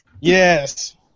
Yes